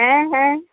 ᱦᱮᱸ ᱦᱮᱸ